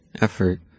effort